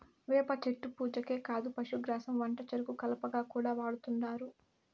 వేప చెట్టు పూజకే కాదు పశుగ్రాసం వంటచెరుకు కలపగా కూడా వాడుతుంటారు